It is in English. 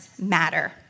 matter